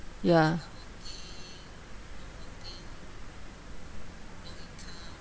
ya